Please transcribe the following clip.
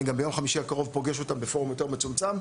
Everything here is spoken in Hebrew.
אני גם ביום חמישי הקרוב פוגש אותם בפורום יותר מצומצם,